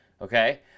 okay